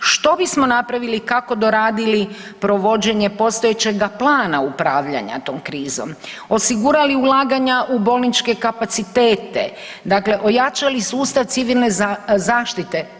Što bismo napravili, kako doradili provođenje postojećega plana upravljanja tom krizom, osigurali ulaganja u bolničke kapacitete, dakle ojačali sustav Civilne zaštite.